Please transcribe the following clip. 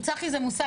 צח"י זה מושג,